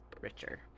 richer